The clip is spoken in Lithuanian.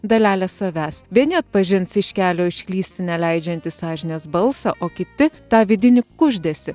dalelę savęs bei neatpažins iš kelio išklysti neleidžiantį sąžinės balsą o kiti tą vidinį kuždesį